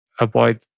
avoid